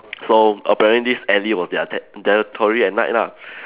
so apparently this alley was their ter~ territory at night lah